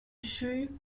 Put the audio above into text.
suye